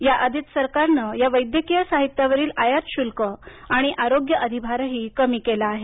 या आधी सरकारन या वैद्यकीय साहित्यावरील आयात शुल्क आणि आरोग्य अधिभारही कमी केला आहे